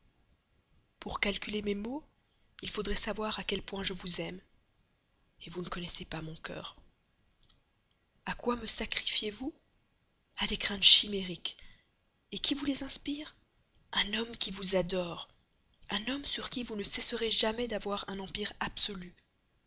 pour calculer mes maux il faudrait savoir à quel point je vous aime vous ne connaissez pas mon cœur a quoi me sacrifiez vous à des craintes chimériques et qui vous les inspire un homme qui vous adore un homme sur qui vous ne cesserez jamais d'avoir un empire absolu